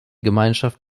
gemeinschaft